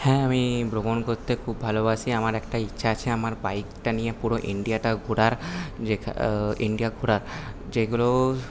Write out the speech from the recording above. হ্যাঁ আমি ভ্রমণ করতে খুব ভালোবাসি আমার একটা ইচ্ছা আছে আমার বাইকটা নিয়ে পুরো ইন্ডিয়াটা ঘোরার ইন্ডিয়া ঘোরা যেগুলো